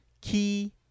key